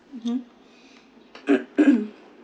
mmhmm